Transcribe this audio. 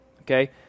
Okay